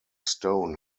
stone